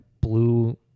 blue